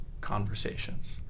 conversations